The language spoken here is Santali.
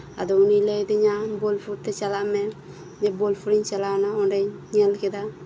ᱟᱫᱚ ᱩᱱᱤᱭ ᱞᱟᱹᱭ ᱟᱹᱫᱤᱧᱟ ᱵᱚᱞᱯᱩᱨᱛᱮ ᱪᱟᱞᱟᱜ ᱢᱮ ᱟᱫᱚ ᱵᱚᱞᱯᱩᱨᱤᱧ ᱪᱟᱞᱟᱣᱮᱱᱟ ᱚᱸᱰᱮᱧ ᱧᱮᱞᱠᱮᱫᱟ